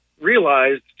realized